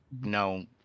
no